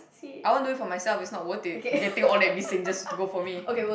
I won't do it for myself is not worth it getting all that bising just to go for me